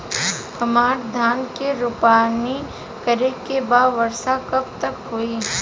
हमरा धान के रोपनी करे के बा वर्षा कब तक होई?